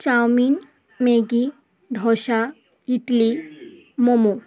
chowmein Maggi dosa idli momo